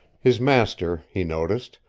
his master, he noticed,